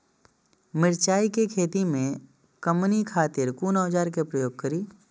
मिरचाई के खेती में कमनी खातिर कुन औजार के प्रयोग करी?